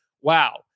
Wow